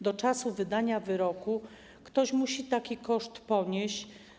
Do czasu wydania wyroku ktoś musi taki koszt ponieść.